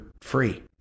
free